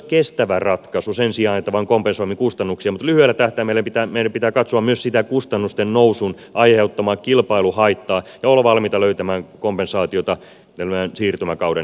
se olisi kestävä ratkaisu sen sijaan että vain kompensoimme kustannuksia mutta lyhyellä tähtäimellä meidän pitää katsoa myös sitä kustannusten nousun aiheuttamaa kilpailuhaittaa ja olla valmiita löytämään kompensaatiota tämän siirtymäkauden ajaksi